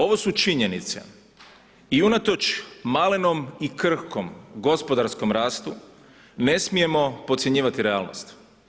Ovo su činjenice i unatoč malenom i krhkom gospodarskom rastu, ne smijemo podcjenjivati realnost.